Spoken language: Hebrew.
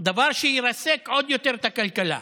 דבר שירסק עוד יותר את הכלכלה.